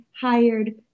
hired